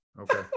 okay